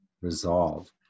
resolve